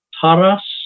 Taras